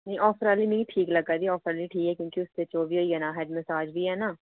अं'ऊ सनानी मिगी ठीक लग्गा दी अं'ऊ सनानी ठीक क्योंकि उस्सै च ओह् होई जाना मसाज़ बी ऐ ना